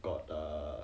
got err